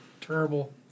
Terrible